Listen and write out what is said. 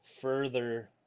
further